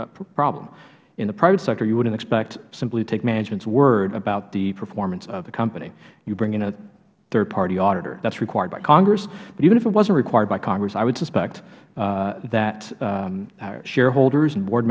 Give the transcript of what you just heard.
agent problem in the private sector you wouldnt expect simply to take managements word about the performance of the company you bring in a third party auditor that is required by congress but even if it wasnt required by congress i would suspect that shareholders and board